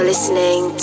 Listening